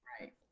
Right